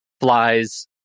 flies